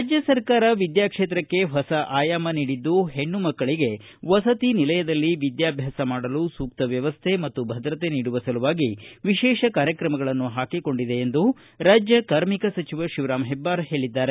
ರಾಜ್ಯ ಸರ್ಕಾರ ವಿದ್ಯಾ ಕ್ಷೇತ್ರಕ್ಕೆ ಹೊಸ ಆಯಾಮ ನೀಡಿದ್ದು ಹೆಣ್ಣು ಮಕ್ಕಳಿಗೆ ವಸತಿ ನಿಲಯದಲ್ಲಿ ವಿದ್ಯಾಭ್ಯಾಸ ಮಾಡಲು ಸೂಕ್ತ ವ್ಯವಸ್ಥೆ ಮತ್ತು ಭದ್ರತೆ ನೀಡುವ ಸಲುವಾಗಿ ವಿಶೇಷ ಕಾರ್ಯಕ್ರಮಗಳನ್ನು ಹಾಕಿಕೊಂಡಿದೆ ಎಂದು ರಾಜ್ಯ ಕಾರ್ಮಿಕ ಸಚಿವ ಶಿವರಾಂ ಹೆಬ್ಬಾರ್ ಹೇಳಿದ್ದಾರೆ